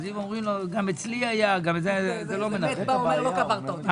ואומרים: גם אצלי היה לא מנחם.